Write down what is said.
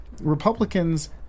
Republicans